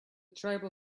tribal